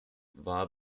war